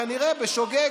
כנראה בשוגג,